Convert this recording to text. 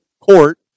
court